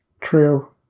True